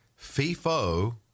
FIFO